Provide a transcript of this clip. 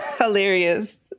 Hilarious